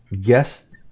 Guess